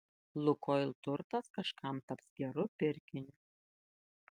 lukoil turtas kažkam taps geru pirkiniu